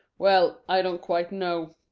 well, i don't quite know,